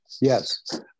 Yes